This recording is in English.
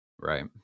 Right